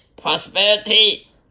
prosperity